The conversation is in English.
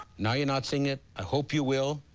now you're not seeing it. i hope you will.